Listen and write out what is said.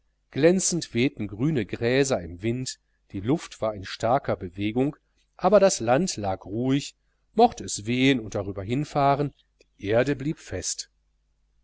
glänzend wehten grüne gräser im wind die luft war in starker bewegung aber das land lag ruhig mochte es wehen und darüber hinfahren die erde blieb fest